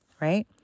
right